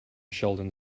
sheldon